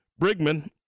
Brigman